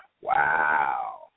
Wow